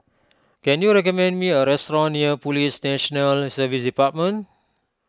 can you recommend me a restaurant near Police National Service Department